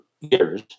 years